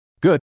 Good